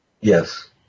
Yes